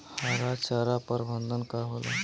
हरा चारा प्रबंधन का होला?